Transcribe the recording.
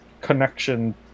connection